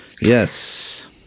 Yes